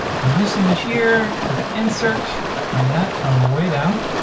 click on this image here. click insert bring that all way down.